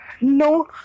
no